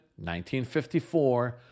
1954